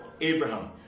Abraham